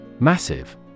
Massive